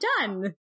done